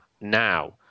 now